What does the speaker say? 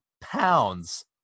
pounds